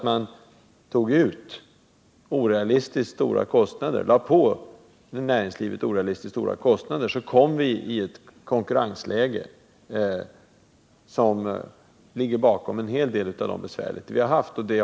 Vad jag menar är att just därför att man lade på näringslivet orealistiskt stora kostnader, så fick vi ett konkurrensläge som är orsaken till en hel del av de besvärligheter vi haft. Bl.